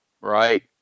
Right